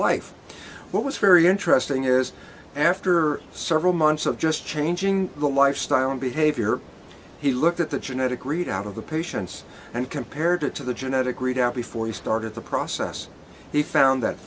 life what was very interesting is after several months of just changing the lifestyle and behavior he looked at the genetic readout of the patients and compared it to the genetic readout before he started the process they found that